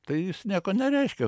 tai jis nieko nereiškia